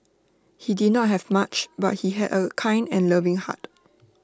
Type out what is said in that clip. he did not have much but he had A kind and loving heart